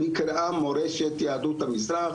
שנקראה מורשת יהדות המזרח,